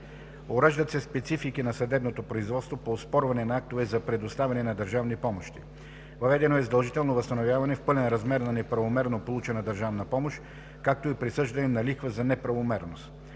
Уреждат се специфики на съдебното производство по оспорване на актове за предоставяне на държавни помощи. Въведено е задължително възстановяване в пълен размер на неправомерно получена държавна помощ, както и присъждане на лихва за неправомерност.